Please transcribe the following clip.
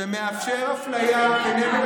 לא נאפשר דבר כזה.